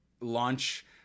launch